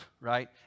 right